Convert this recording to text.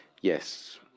yes